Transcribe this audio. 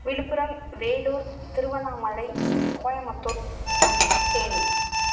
Villupuram Vellore Tiruvannamalai Coimbatore Theni